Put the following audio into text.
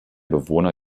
bewohner